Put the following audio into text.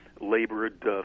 labored